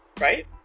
right